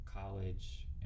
college